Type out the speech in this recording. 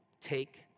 take